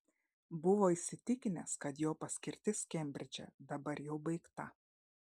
buvo įsitikinęs kad jo paskirtis kembridže dabar jau baigta